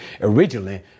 originally